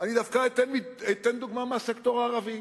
אני אתן דוגמה דווקא מהסקטור הערבי.